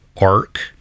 arc